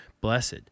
Blessed